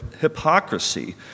hypocrisy